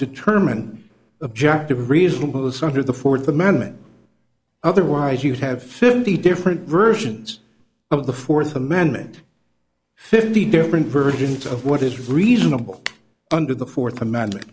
determine objective reasonable sum to the fourth amendment otherwise you'd have fifty different versions of the fourth amendment fifty different versions of what is reasonable under the fourth amendment